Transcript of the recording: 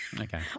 Okay